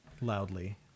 loudly